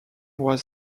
was